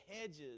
hedges